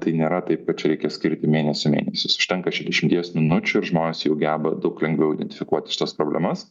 tai nėra taip čia kad reikia skirti mėnesių mėnesius užtenka šedešimties minučių ir žmonės jau geba daug lengviau identifikuoti šitas problemas